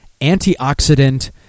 antioxidant